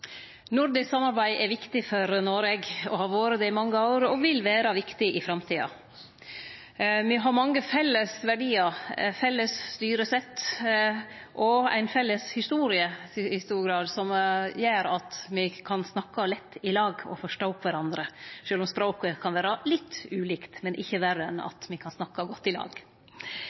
vore det i mange år og vil vere viktig i framtida. Me har mange felles verdiar, felles styresett og ei felles historie i stor grad som gjer at me kan snakke lett i lag og forstå kvarandre, sjølv om språket kan vere litt ulikt, men ikkje verre enn at me kan snakke godt i